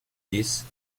these